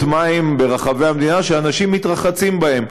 מים ברחבי המדינה שאנשים מתרחצים בהם.